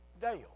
Dale